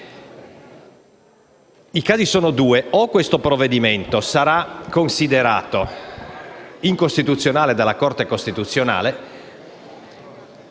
I casi sono due: il provvedimento sarà considerato incostituzionale dalla Corte costituzionale